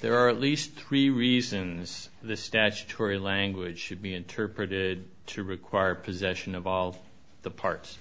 there are at least three reasons the statutory language should be interpreted to require possession of all the parts